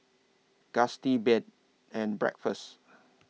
Gusti Bed and Breakfast